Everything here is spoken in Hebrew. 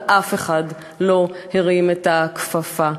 אבל אף אחד לא הרים את הכפפה.